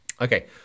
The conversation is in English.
Okay